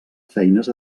feines